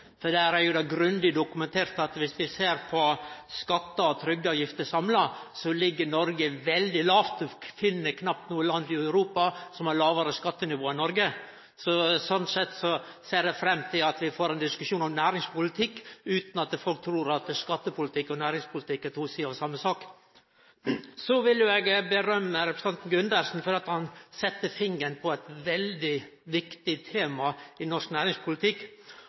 for der er det grundig dokumentert at dersom vi ser på skattar og trygdeavgifter samla, ligg Noreg veldig lågt. Ein finn knapt noko land i Europa som har eit lågare skattenivå enn Noreg. Slik sett ser eg fram til at vi får ein diskusjon om næringspolitikk, utan at folk trur at skattepolitikk og næringspolitikk er to sider av same sak. Så vil eg rose representanten Gundersen for at han set fingeren på eit veldig viktig tema i norsk næringspolitikk;